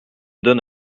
donne